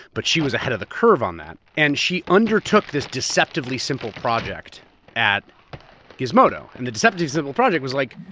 but she was ahead of the curve on that. and she undertook this deceptively simple project at gizmodo. and the deceptively simple project was like,